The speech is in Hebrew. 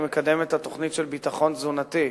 אני מקדם את התוכנית של ביטחון תזונתי,